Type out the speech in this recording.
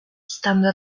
stando